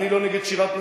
אני לא נגד שירת נשים,